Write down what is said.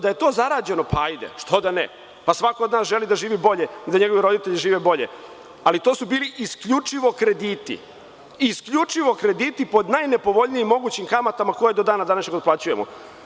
Da je to zarađeno, pa hajde, što da ne, svako od nas želi da živi bolje, da njegovi roditelji žive bolje, ali to su bili isključivo krediti pod najnepovoljnijim mogućim kamatama koje do dana današnjeg otplaćujemo.